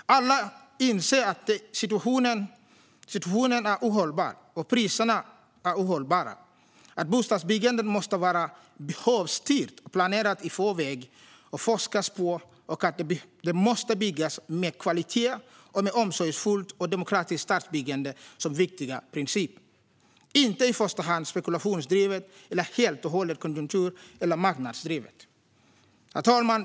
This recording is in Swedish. Alla inser att situationen är ohållbar och att priserna är ohållbara, att bostadsbyggandet måste vara behovsstyrt och planerat i förväg och att detta måste forskas på samt att det måste byggas med kvalitet och med omsorgsfullt och demokratiskt stadsbyggande som viktiga principer - inte i första hand spekulationsdrivet eller helt och hållet konjunktur eller marknadsdrivet. Herr talman!